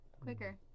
Quicker